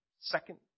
second